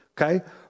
Okay